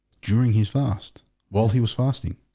during his fast while he was fasting.